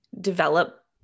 develop